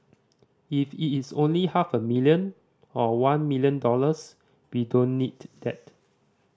if it is only half a million or one million dollars we don't need that